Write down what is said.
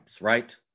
right